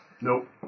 Nope